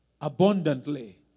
abundantly